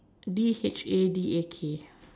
D H A D A K